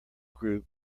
group